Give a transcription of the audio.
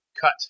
cut